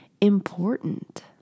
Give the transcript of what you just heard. important